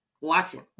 watching